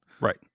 Right